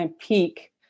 peak